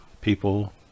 people